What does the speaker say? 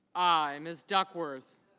i. miss duckworth